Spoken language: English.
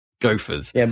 Gophers